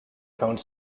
cone